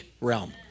realm